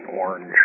orange